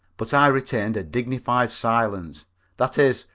but i retained a dignified silence that is,